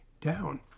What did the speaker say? down